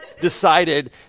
decided